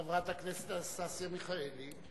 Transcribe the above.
חברת כנסת אנסטסיה מיכאלי.